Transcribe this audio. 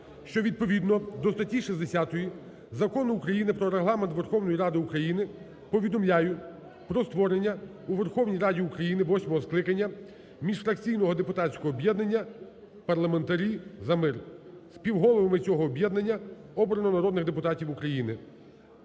що відповідно до статті 60 Закону України "Про Регламент Верховної Ради України" повідомляю про створення у Верховній Раді України восьмого скликання міжфракційного депутатського об'єднання "Парламентарі за мир". Співголовами цього об'єднання обрано народних депутатів України: